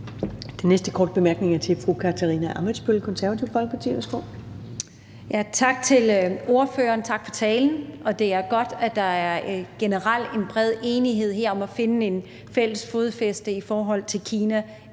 Den næste korte bemærkning er til fru Katarina Ammitzbøll, Det Konservative Folkeparti. Værsgo. Kl. 19:24 Katarina Ammitzbøll (KF): Tak til ordføreren, tak for talen. Det er godt, at der her generelt er en bred enighed om at finde et fælles fodfæste i forhold til Kina.